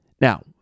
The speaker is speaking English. Now